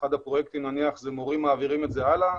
אחד הפרויקטים זה "מורים מעבירים את זה הלאה",